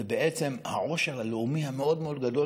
זה שבעצם העושר הלאומי המאוד-מאוד גדול